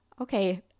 okay